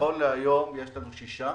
נכון להיום יש לנו שישה.